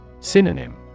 Synonym